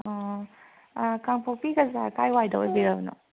ꯑꯣ ꯀꯥꯡꯄꯣꯛꯄꯤ ꯕꯖꯥꯔ ꯀꯥꯏꯋꯥꯏꯗ ꯑꯣꯏꯕꯤꯔꯕꯅꯣ